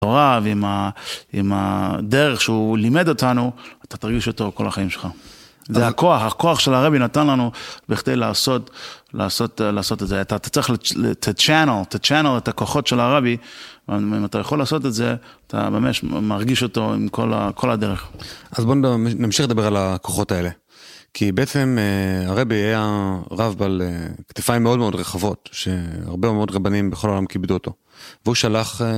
תורה ועם הדרך שהוא לימד אותנו, אתה תרגיש אותו כל החיים שלך. זה הכוח, הכוח של הרבי נתן לנו בכדי לעשות, לעשות את זה. אתה צריך To channel את הכוחות של הרבי, ואם אתה יכול לעשות את זה, אתה ממש מרגיש אותו עם כל הדרך. אז בואו נמשיך לדבר על הכוחות האלה. כי בעצם הרבי היה רב על כתפיים מאוד מאוד רחבות, שהרבה מאוד רבנים בכל העולם כיבדו אותו. והוא שלח...